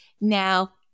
Now